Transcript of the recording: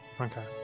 okay